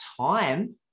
time